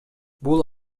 бул